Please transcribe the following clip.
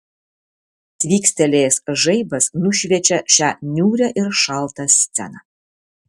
tvykstelėjęs žaibas nušviečia šią niūrią ir šaltą sceną